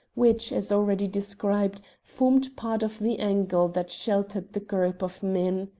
which, as already described, formed part of the angle that sheltered the group of men.